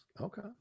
Okay